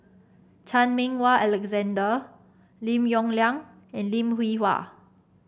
Chan Meng Wah Alexander Lim Yong Liang and Lim Hwee Hua